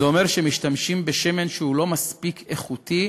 זה אומר שמשתמשים בשמן שהוא לא מספיק איכותי,